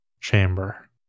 chamber